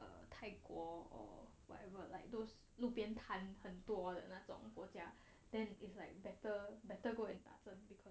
泰国 or whatever like those 路边摊很多的那种国家 then it's like better better go and 打针 because